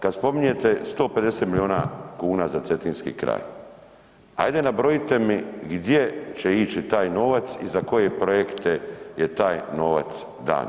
Kad spominjete 150 milijuna kuna za cetinski kraj, ajde nabrojite mi gdje će ići taj novac i za koje projekte je taj novac dan.